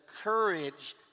courage